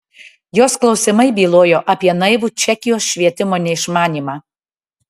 jos klausimai bylojo apie naivų čekijos švietimo neišmanymą